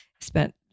spent